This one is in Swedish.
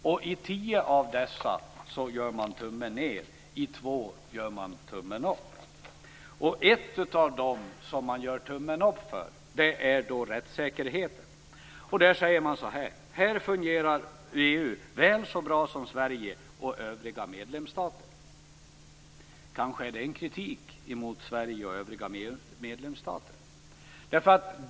Och i tio av dessa kriterier gör man tummen ned. I två kriterier gör man tummen upp. Ett av de kriterier som man gör tummen upp för är rättssäkerheten. Där säger man: Här fungerar EU väl så bra som Sverige och övriga medlemsstater. Kanske är det en kritik mot Sverige och övriga medlemsstater.